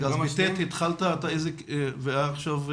התחלת, כמה שנים זה עכשיו,